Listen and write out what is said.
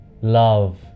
love